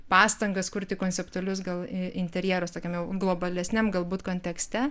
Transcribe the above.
pastangas kurti konceptualius gal interjerus tokiame globalesniam galbūt kontekste